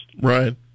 right